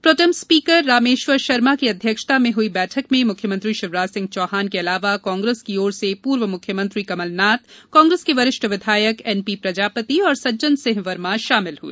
pro tem speaker Rameshwar Sharma की अध्यक्षता में हुई बैठक में मुख्यमंत्री शिवराज सिंह चौहान के अलावा कांग्रेस की ओर से पूर्व मुख्यमंत्री कमल नाथ कांग्रेस के वरिष्ठ विधायक एन पी प्रजापति और सज्जन सिंह वर्मा शामिल हुए